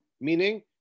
meaning